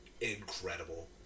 Incredible